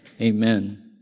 Amen